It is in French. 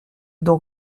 donc